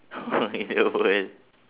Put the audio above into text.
your world